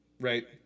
right